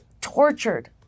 tortured